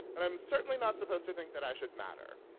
and i'm certainly not supposed to think that i should matter.